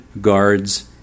guards